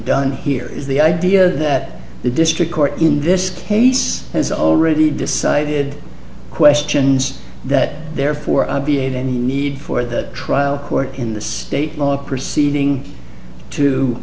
done here is the idea that the district court in this case has already decided questions that therefore obviate any need for the trial court in the state law a proceeding to